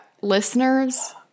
Listeners